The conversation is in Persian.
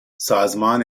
سازمان